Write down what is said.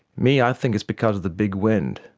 me, i think it's because of the big wind.